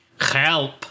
Help